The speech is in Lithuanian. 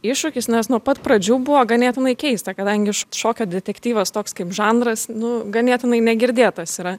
iššūkis nes nuo pat pradžių buvo ganėtinai keista kadangi šokio detektyvas toks kaip žanras nu ganėtinai negirdėtas yra